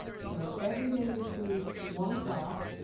so every day this week, one like